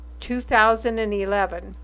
2011